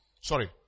Sorry